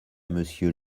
monsieur